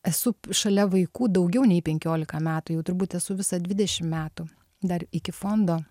esu šalia vaikų daugiau nei penkiolika metų jau turbūt esu visą dvidešim metų dar iki fondo